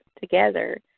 together